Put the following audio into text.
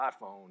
iPhone